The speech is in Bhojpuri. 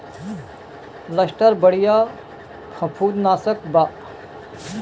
लस्टर बढ़िया फंफूदनाशक बा